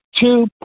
two